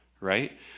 Right